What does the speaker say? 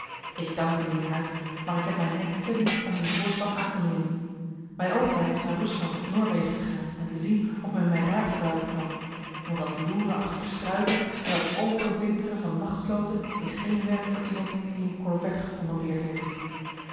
ik dank u mijnheer huyck maar ik heb mijn nek te lief om uw voorslag aan te nemen mijn oogmerk is naar rusland of noorwegen te gaan en te zien of men mij daar gebruiken kan want dat loeren achter de struiken en dat openveteren van nachtsloten is geen werk voor iemand die een korvet gecommandeerd heeft